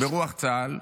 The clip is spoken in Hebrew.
ברוח צה"ל,